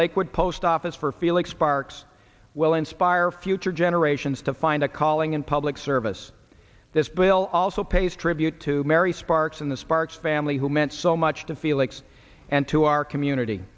lakewood post office for felix sparks will inspire future generations to find a calling in public service this bill also pays tribute to mary sparks in the sparks family who meant so much to felix and to our community